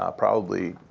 ah probably,